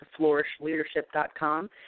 flourishleadership.com